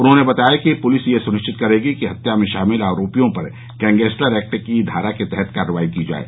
उन्होंने बताया कि पुलिस यह सुनिश्चत करेगी कि हत्या में शामिल आरोपियों पर गैंगस्टर एक्ट की धारा के तहत कार्रवाई की जाये